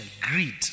greed